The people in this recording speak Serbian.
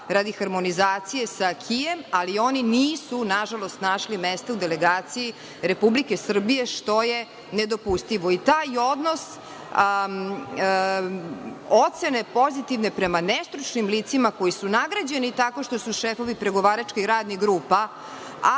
radi harmonizacije, ali oni nisu, nažalost, našli mesto u delegaciji Republike Srbije, što je nedopustivo. Taj odnos ocene pozitivne prema nestručnim licima koji su nagrađeni tako što su šefovi pregovaračkih radnih grupa,